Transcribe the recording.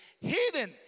Hidden